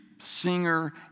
Singer